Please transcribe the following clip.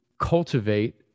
cultivate